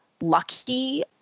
lucky